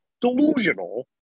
Delusional